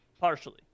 Partially